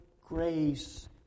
grace